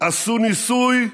עשו ניסוי,